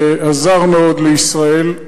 שעזר מאוד לישראל,